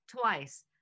twice